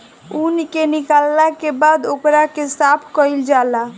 ऊन के निकालला के बाद ओकरा के साफ कईल जाला